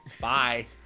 Bye